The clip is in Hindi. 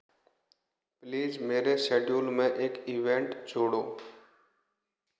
प्लीज़ मेरे शेड्यूल में एक ईवेंट जोड़ो